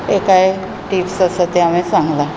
हे कांय टिप्स आसात ते हांवें सांगलां